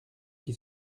qui